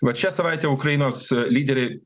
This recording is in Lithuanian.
vat šią savaitę ukrainos lyderiai